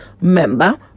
member